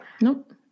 Nope